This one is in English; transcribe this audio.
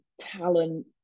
talent